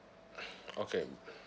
okay